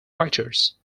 writers